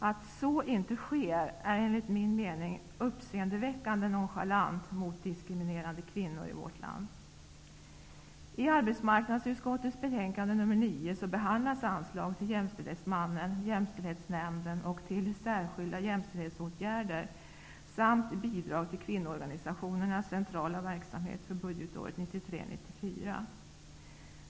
Att så inte sker är enligt min mening uppseendeväckande nonchalant mot diskriminerade kvinnor i vårt land. Jämställdhetsnämnden och till särskilda jämställdhetsåtgärder samt bidrag till kvinnoorganisationernas centrala verksamhet för budgetåret 1993/94.